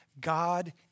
God